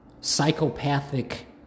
psychopathic